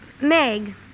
Meg